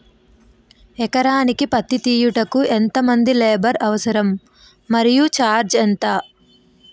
ఎకరానికి పత్తి తీయుటకు ఎంత మంది లేబర్ అవసరం? మరియు ఛార్జ్ ఎంత?